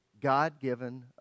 God-given